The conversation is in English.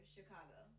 Chicago